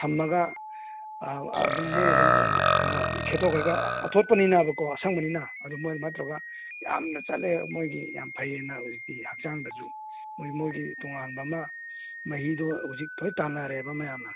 ꯊꯝꯃꯒ ꯑꯗꯨꯝ ꯃꯣꯏꯅ ꯑꯗꯨꯝ ꯈꯦꯇꯣꯈ꯭ꯔꯒ ꯑꯊꯣꯠꯄꯅꯤꯅꯕꯀꯣ ꯑꯁꯪꯕꯅꯤꯅ ꯑꯗꯨ ꯃꯣꯏ ꯑꯗꯨꯃꯥꯏꯅ ꯇꯧꯔꯒ ꯌꯥꯝꯅ ꯆꯥꯅꯩ ꯑꯗꯨ ꯃꯣꯏꯒꯤ ꯌꯥꯝ ꯐꯩꯑꯅ ꯍꯧꯖꯤꯛꯇꯤ ꯍꯛꯆꯥꯡꯗꯁꯨ ꯃꯣꯏ ꯃꯣꯏꯒꯤ ꯇꯣꯉꯥꯟꯕ ꯑꯃ ꯃꯍꯤꯗꯣ ꯍꯧꯖꯤꯛ ꯊꯑꯣꯏ ꯇꯥꯟꯅꯔꯦꯕ ꯃꯌꯥꯝꯅ